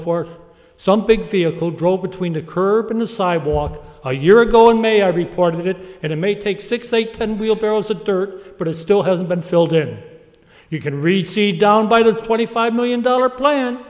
forth some big vehicle drove between the curb and the sidewalk a year ago in may i reported it and it may take six eight ten wheelbarrows the dirt but it still hasn't been filled did you can read see down by the twenty five million dollar plan